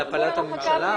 על הפלת הממשלה?